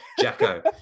Jacko